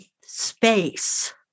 space